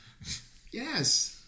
Yes